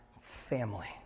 family